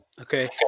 Okay